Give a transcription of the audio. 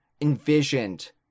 envisioned